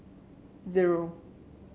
zero